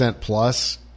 plus